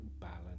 balance